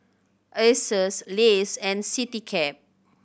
Asus Lays and Citycab